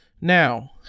Now